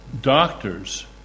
doctors